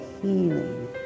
healing